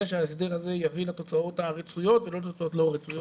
שההסדר הזה יביא לתוצאות הרצויות ולא לתוצאות לא רצויות.